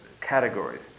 categories